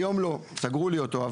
היום לא, סגרו לי אותו.